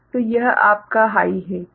तो यह आपका हाई है